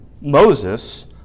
Moses